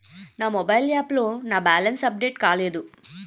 నా mobile app లో నా బ్యాలెన్స్ అప్డేట్ కాలేదు